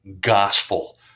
gospel